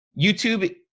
YouTube